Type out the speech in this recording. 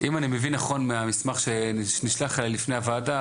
אם אני מבין נכון מהמסמך שנשלח אליי לפני הוועדה,